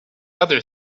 other